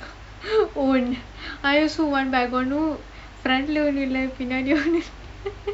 own I also want but I got no front லேயும் ஒண்ணுமில்லே பின்னாடியும் ஒண்ணுமில்லே:leyum onnumillae pinnaadiyum onnumillae